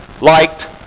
liked